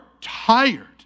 tired